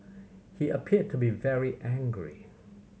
he appeared to be very angry